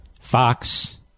Fox